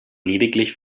lediglich